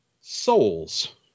souls